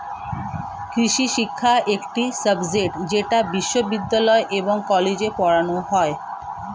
কৃষিশিক্ষা একটি সাবজেক্ট যেটি বিশ্ববিদ্যালয় এবং কলেজে পড়ানো হয়